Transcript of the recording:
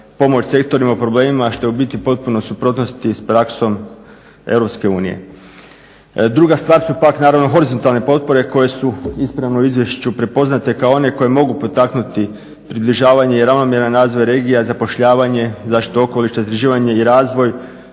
pomoć sektorima u problemima što je u biti u potpunoj suprotnosti s praksom Europske unije. Druga stvar su pak naravno horizontalne potpore koje su ispravno u izvješću prepoznate kao one koje mogu potaknuti približavanje i ravnomjeran razvoj regija, zapošljavanje, zaštitu okoliša, istraživanje i razvoj,